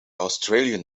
australian